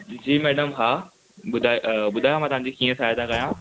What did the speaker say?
जी madam हा ॿुधा अ ॿुधायो मां तांजी कींह साहयता कयां